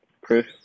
Chris